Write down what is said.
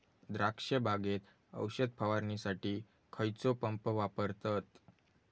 द्राक्ष बागेत औषध फवारणीसाठी खैयचो पंप वापरतत?